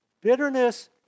Bitterness